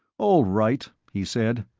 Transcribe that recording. all right, he said.